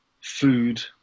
food